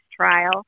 trial